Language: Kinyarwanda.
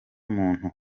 muntu